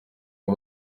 aba